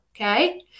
okay